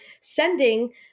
sending